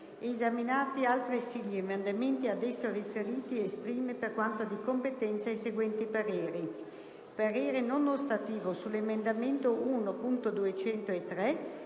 Esaminati altresì gli emendamenti ad esso riferiti esprime, per quanto dì competenza, i seguenti pareri: - parere non ostativo sull'emendamento 1.203,